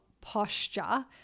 posture